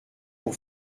pour